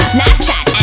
Snapchat